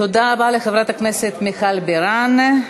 תודה רבה לחברת הכנסת מיכל בירן.